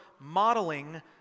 modeling